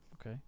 Okay